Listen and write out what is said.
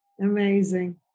Amazing